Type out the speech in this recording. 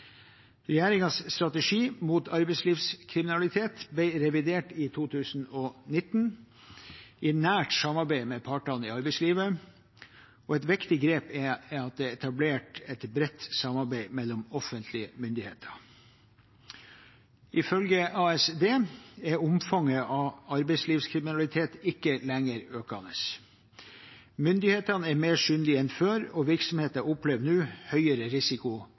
strategi mot arbeidslivskriminalitet ble revidert i 2019, i nært samarbeid med partene i arbeidslivet. Et viktig grep er at det er etablert et bredt samarbeid mellom offentlige myndigheter. Ifølge Arbeids- og sosialdepartementet er omfanget av arbeidslivskriminalitet ikke lenger økende. Myndighetene er mer synlige enn før, og virksomheter opplever nå høyere risiko